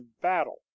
battle